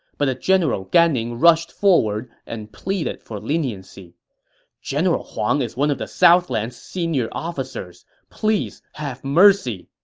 but the general gan ning rushed forward and pleaded for leniency general huang is one of the southlands' senior officers. please have mercy!